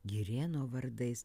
girėno vardais